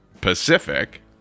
Pacific